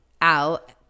out